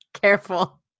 Careful